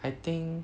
I think